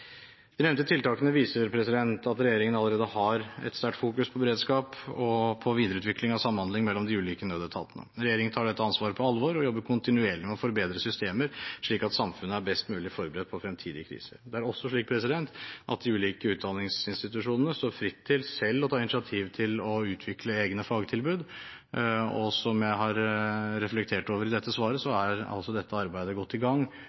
De nevnte tiltakene viser at regjeringen allerede har et sterkt fokus på beredskap og videreutvikling av samhandling mellom de ulike nødetatene. Regjeringen tar dette ansvaret på alvor og jobber kontinuerlig med å forbedre systemer, slik at samfunnet er best mulig forberedt på fremtidige kriser. Det er også slik at de ulike utdanningsinstitusjonene står fritt til selv å ta initiativ til å utvikle egne fagtilbud, og som jeg har reflektert over i dette svaret, er dette arbeidet godt i gang